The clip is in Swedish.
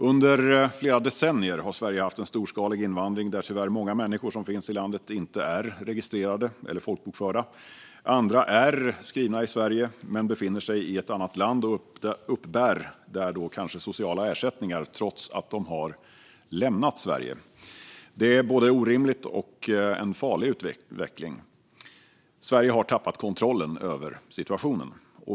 Under flera decennier har Sverige haft en storskalig invandring där tyvärr många människor som finns i landet inte är registrerade eller folkbokförda. Andra är skrivna i Sverige men befinner sig i ett annat land och uppbär där kanske sociala ersättningar trots att de har lämnat Sverige. Detta är både orimligt och en farlig utveckling. Sverige har tappat kontrollen över situationen.